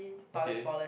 okay